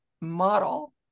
model